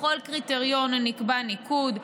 לכל קריטריון נקבע ניקוד,